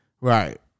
Right